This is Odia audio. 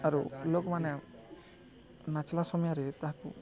ଆରୁ ଲୋକ୍ମାନେ ନାଚ୍ଲା ସମୟରେ ତାହାକୁ